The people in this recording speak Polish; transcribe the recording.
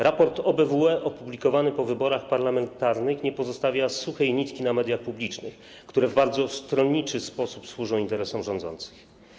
Raport OBWE opublikowany po wyborach parlamentarnych nie pozostawia suchej nitki na mediach publicznych, które w bardzo stronniczy sposób służą interesom rządzących.